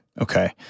Okay